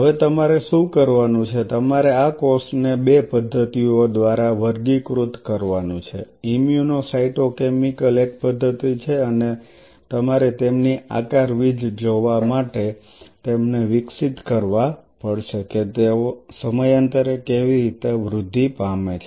હવે તમારે શું કરવાનું છે તમારે આ કોષને બે પદ્ધતિઓ દ્વારા વર્ગીકૃત કરવાનું છે ઇમ્યુનો સાયટો કેમિકલ એક પદ્ધતિ છે અને તમારે તેમની આકારવિજ્ જોવા માટે તેમને વિકસિત કરવા પડશે કે તેઓ સમયાંતરે કેવી રીતે વૃદ્ધિ પામે છે